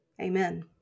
Amen